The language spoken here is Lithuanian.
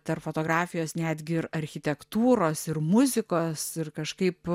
tarp fotografijos netgi ir architektūros ir muzikos ir kažkaip